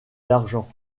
l’argent